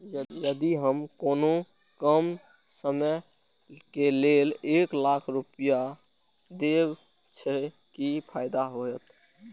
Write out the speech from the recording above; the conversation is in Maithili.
यदि हम कोनो कम समय के लेल एक लाख रुपए देब छै कि फायदा होयत?